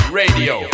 radio